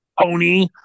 pony